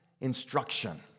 instruction